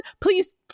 please